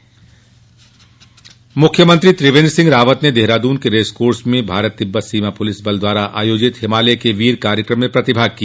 ITBP मुख्यमंत्री त्रिवेन्द्र सिंह रावत ने देहरादून के रेस कोर्स में भारत तिब्बत सीमा पुलिस बल द्वारा आयोजित हिमालय के वीर कार्यक्रम में प्रतिभाग किया